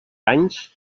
anys